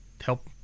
help